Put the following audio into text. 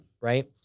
right